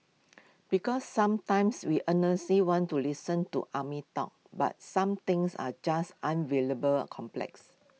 because sometimes we earnestly want to listen to army talk but some things are just unbelievably complex